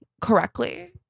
correctly